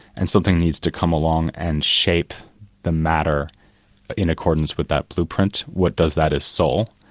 and something needs to come along and shape the matter in accordance with that blueprint. what does that is soul.